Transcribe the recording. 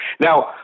Now